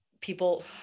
people